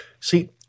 See